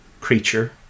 creature